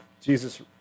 Jesus